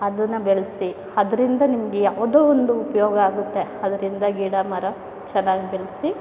ಅದನ್ನು ಬೆಳೆಸಿ ಅದರಿಂದ ನಿಮಗೆ ಯಾವುದೋ ಒಂದು ಉಪಯೋಗ ಆಗುತ್ತೆ ಅದರಿಂದ ಗಿಡ ಮರ ಚೆನ್ನಾಗಿ ಬೆಳೆಸಿ